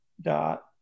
dot